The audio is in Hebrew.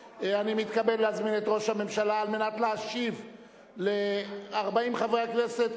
מתכבד להזמין את ראש הממשלה על מנת להשיב ל-40 חברי הכנסת,